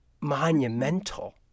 monumental